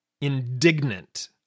indignant